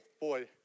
Boy